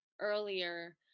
earlier